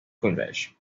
college